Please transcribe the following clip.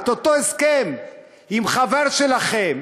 את אותו הסכם עם חבר שלכם,